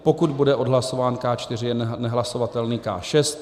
Pokud bude odhlasován K4, je nehlasovatelný K6.